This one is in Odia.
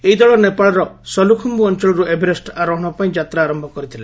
ଏହି ଦଳ ନେପାଳର ସୋଲୁଖୁମ୍ଭୁ ଅଞ୍ଚଳରୁ ଏଭରେଷ୍ଟ ଆରୋହଣ ପାଇଁ ଯାତ୍ରା ଆରମ୍ଭ କରିଥିଲେ